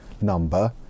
number